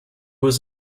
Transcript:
was